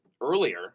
earlier